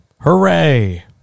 Hooray